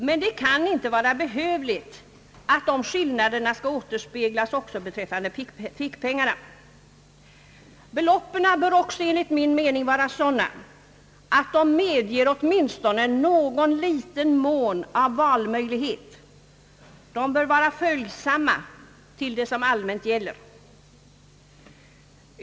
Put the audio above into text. Men det kan inte vara nödvändigt att dessa skillnader skall återspeglas också beträffande fickpengarna. Beloppen bör enligt min mening också vara av Ssådan storleksordning att en valmöjlighet medges åtminstone i någon mån, och de bör vara följsamma till vad som allmänt gäller.